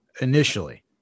initially